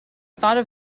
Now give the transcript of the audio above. thought